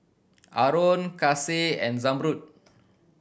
Aaron Kasih and Zamrud